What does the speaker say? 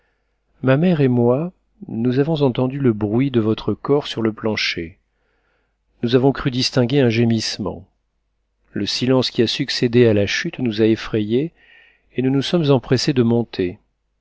ma mère et moi nous avons entendu le bruit de votre corps sur le plancher nous avons cru distinguer un gémissement le silence qui a succédé à la chute nous a effrayées et nous nous sommes empressées de monter